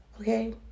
Okay